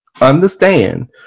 understand